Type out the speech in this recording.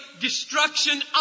destruction